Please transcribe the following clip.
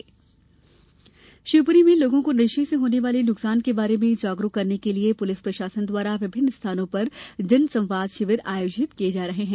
जागरूकता शिविर शिवपुरी में लोगों को नशे से होने वाले नुकसान के बारे में जागरूक करने के लिये पुलिस प्रशासन द्वारा विभिन्न स्थानों पर जनसंवाद शिविर आयोजित किये जा रहे है